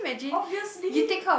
obviously